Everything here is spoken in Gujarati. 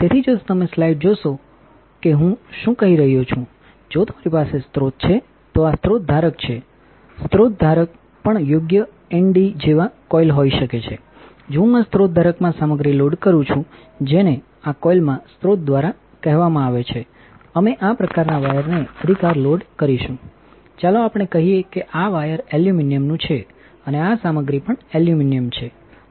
તેથી જો તમે સ્લાઇડ જોશો કે હું શું કહી રહ્યો છું જો તમારી પાસે સ્રોત છે તો આ સ્રોત ધારક છેસ્રોત ધારક પણ આ યોગ્યએનડીજેવા કોઇલ હોઈ શકે છેજો હું આ સ્રોત ધારકમાં સામગ્રી લોડ કરું છું જેને આ કોઇલમાં સ્રોત દ્વારા કહેવામાં આવે છે અમે આ પ્રકારના વાયરને અધિકાર લોડ કરીશું ચાલો આપણે કહીએ કે આ વાયર એલ્યુમિનિયમની છે અને આ સામગ્રી પણ એલ્યુમિનિયમ છે